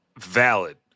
Valid